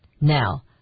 Now